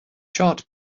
chart